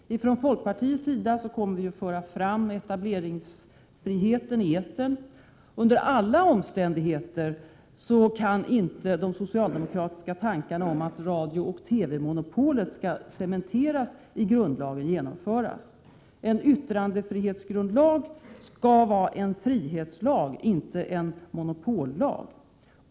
Från folkpartiets sida kommer vi att föra fram etableringsfriheten i etern. Under alla omständigheter kan inte de socialdemokratiska tankarna om att radiooch TV-monopolet skall cementeras i grundlagen genomföras. En yttrandefrihetsgrundlag skall vara en frihetslag, inte en monopollag.